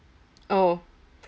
oh